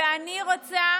ואני רוצה,